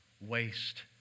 waste